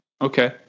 Okay